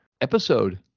episode